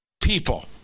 people